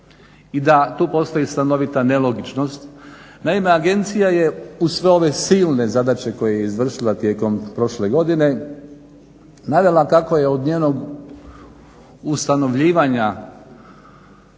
i da tu postoji stanovita nelogičnost. Naime, agencija je uz sve ove silne zadaće koje je izvršila tijekom prošle godine, navela kako je od njenog ustanovljivanja